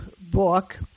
book